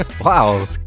Wow